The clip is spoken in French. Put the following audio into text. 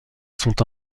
sont